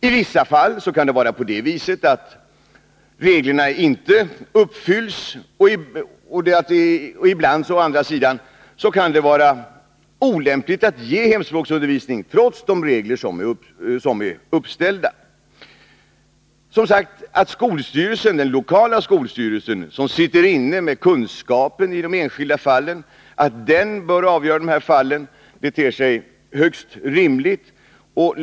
I vissa fall kan det vara på det viset att reglerna inte uppfylls, och ibland kan det å andra sidan vara olämpligt att ge hemspråksundervisning trots de regler som är uppställda. Att den lokala skolstyrelsen, som sitter inne med kunskapen i de enskilda fallen, bör avgöra dessa frågor ter sig högst rimligt.